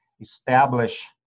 establish